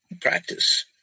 practice